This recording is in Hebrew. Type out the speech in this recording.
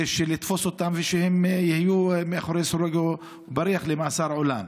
לתפוס אותם ושיהיו מאחורי סורג ובריח למאסר עולם.